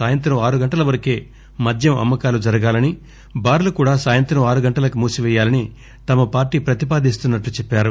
సాయంత్రం ఆరు గంటల వరకే మద్యం అమ్మకాలు జరగాలని బార్లు కూడా సాయంత్రం ఆరు గంటలకు మూసి వేయాలని తమ పార్లీ ప్రతిపాదిస్తున్నట్లు చెప్పారు